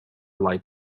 light